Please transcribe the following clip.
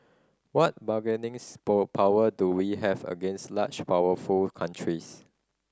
what bargaining power do we have against large powerful countries